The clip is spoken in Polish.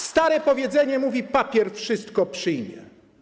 Stare powiedzenie mówi: papier wszystko przyjmie.